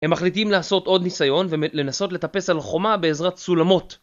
הם מחליטים לעשות עוד ניסיון ולנסות לטפס על החומה בעזרת סולמות